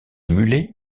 mulets